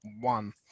one